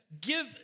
give